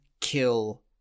kill